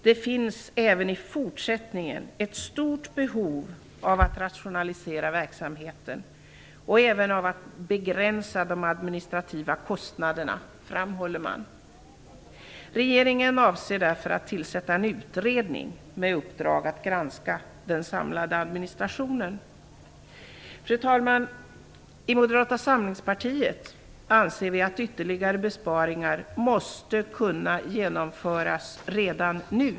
Det finns även i fortsättningen ett stort behov av att rationalisera verksamheten och även av att begränsa de administrativa kostnaderna, framhåller man. Regeringen avser därför att tillsätta en utredning med uppdrag att granska den samlade administrationen. Fru talman! I Moderata samlingspartiet anser vi att ytterligare besparingar måste kunna genomföras redan nu.